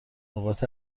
نقاط